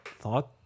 thought